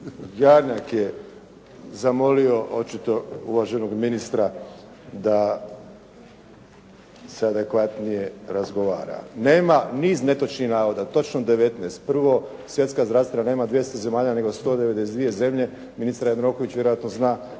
Jarnjak je zamolio očito uvaženog ministra da se adekvatnije razgovara. Nema niz netočnih navoda. Točno 19. Prvo, Svjetska zdravstvena nema 200 zemalja nego 192 zemlje. Ministar Jandroković vjerojatno zna